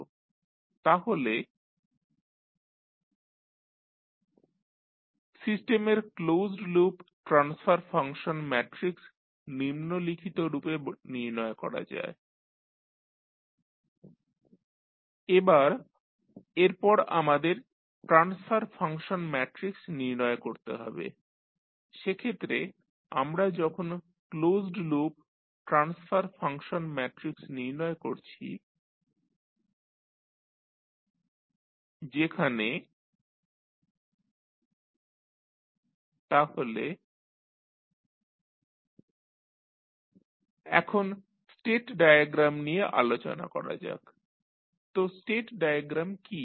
তাহলে Gs1s1 1s 2 1s2 Hs1 0 0 1 সিস্টেমের closed loop transfer function matrix নিম্নলিখিতরূপে নির্ণয় করা যায় IGsHs11s1 1s 2 11s2 s2s1 1s 2 s3s2 এবার এরপর আমাদের ট্রান্সফার ফাংশন ম্যাট্রিক্স নির্ণয় করতে হবে সেক্ষেত্রে আমরা যখন closed loop transfer function matrix নির্ণয় করছি MsIGsHs 1Gs1∆s3s2 1s 2 s2s1 1s1 1s 2 1s2 যেখানে ∆s2s1s3s22ss25s2ss1 তাহলে Msss1s25s23s29s4ss1s2 1s 2 3s2ss1 এখন স্টেট ডায়াগ্রাম নিয়ে আলোচনা করা যাক তো স্টেট ডায়াগ্রাম কী